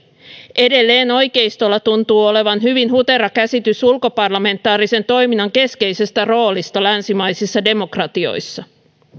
edelleen oikeistolla tuntuu olevan hyvin hutera käsitys ulkoparlamentaarisen toiminnan keskeisestä roolista länsimaisissa demokratioissa